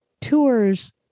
tours